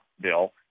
Bill